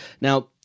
Now